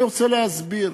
אני רוצה להסביר